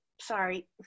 Sorry